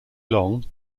long